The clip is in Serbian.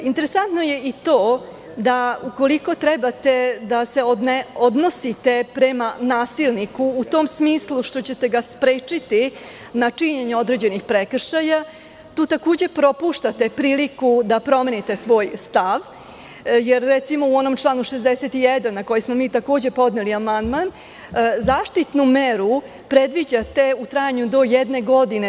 Interesantno je i to da ukoliko treba da se odnosite prema nasilniku u tom smislu što ćete ga sprečiti na činjenje određenog prekršaja, tu takođe propuštate priliku da promenite svoj stav, jer recimo u onom članu 61. na koji smo takođe podneli amandman, zaštitnu meru predviđate u trajanju do jedne godine.